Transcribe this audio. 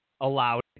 allowed